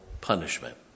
punishment